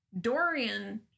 Dorian